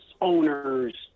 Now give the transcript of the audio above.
owners